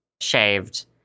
shaved